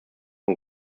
von